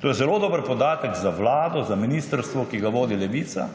To je zelo dober podatek za Vlado, za ministrstvo, ki ga vodi Levica,